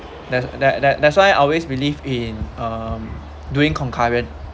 that that that that's why I always believe in um doing concurrent